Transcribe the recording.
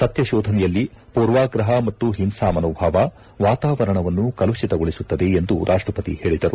ಸತ್ಯಶೋಧನೆಯಲ್ಲಿ ಪೂರ್ವಗ್ರಹ ಮತ್ತು ಹಿಂಸಾ ಮನೋಭಾವ ವಾತಾವರಣವನ್ನು ಕಲುಷಿತಗೊಳಿಸುತ್ತದೆ ಎಂದು ರಾಷ್ವಪತಿ ಹೇಳಿದರು